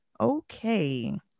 okay